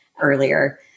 earlier